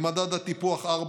במדד טיפוח 4,